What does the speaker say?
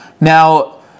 Now